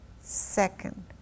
second